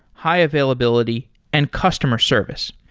high availability and customer service.